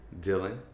Dylan